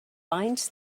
binds